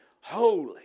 holy